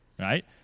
right